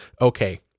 okay